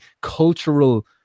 cultural